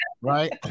right